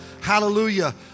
Hallelujah